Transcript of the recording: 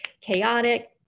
chaotic